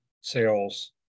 sales